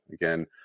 Again